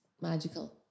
magical